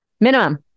Minimum